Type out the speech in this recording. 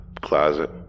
closet